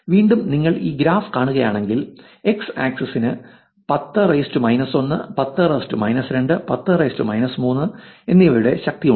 വീണ്ടും നിങ്ങൾ ഈ ഗ്രാഫ് കാണുകയാണെങ്കിൽ x ആക്സിസിന് 10 1 10 2 10 3 എന്നിവയുടെ ശക്തി ഉണ്ട്